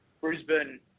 Brisbane